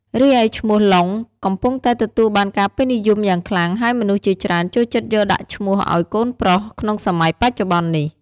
រីឯឈ្មោះ "ឡុង" កំពុងតែទទួលបានការពេញនិយមយ៉ាងខ្លាំង ហើយមនុស្សជាច្រើន ចូលចិត្តយកដាក់ឈ្មោះឲ្យកូនប្រុស ក្នុងសម័យបច្ចុប្បន្ននេះ។